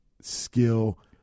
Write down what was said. skill